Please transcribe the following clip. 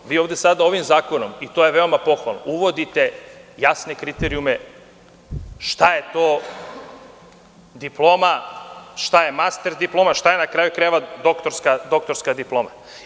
Vi ovde sad, ovim zakonom i to je veoma pohvalno, uvodite jasne kriterijume šta je to diploma, šta je master diploma, šta je na kraju krajeva doktorska diploma.